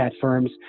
firms